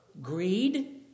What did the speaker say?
greed